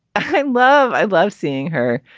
i love. i love seeing her.